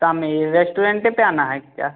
सामने यह रेस्टोरेंटे पर आना है क्या